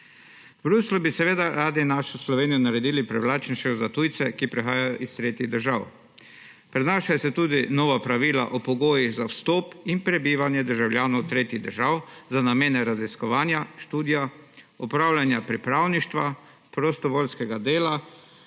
V Bruslju bi seveda radi našo Slovenijo naredili privlačnejšo za tujce, ki prihajajo iz tretjih držav. Prinašajo se tudi nova pravila o pogojih za vstop in prebivanje državljanov tretjih držav za namene raziskovanja, študija, opravljanja pripravništva, prostovoljnega dela,